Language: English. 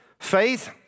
Faith